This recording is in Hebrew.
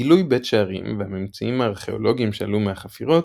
גילוי בית שערים והממצאים הארכאולוגיים שעלו מהחפירות,